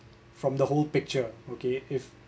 from the whole picture okay if